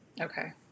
okay